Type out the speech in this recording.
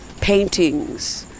paintings